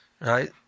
right